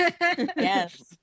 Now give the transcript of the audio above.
Yes